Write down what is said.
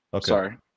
sorry